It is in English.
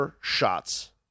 shots